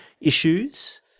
issues